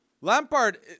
Lampard